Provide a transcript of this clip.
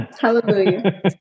Hallelujah